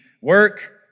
work